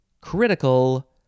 critical